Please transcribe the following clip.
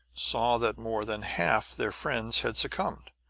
saw that more than half their friends had succumbed.